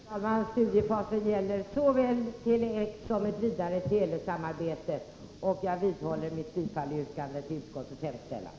Herr talman! Studiefasen gäller såväl Tele-X som ett vidare telesamarbete. Jag vidhåller mitt yrkande om bifall till utskottets hemställan.